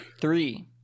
Three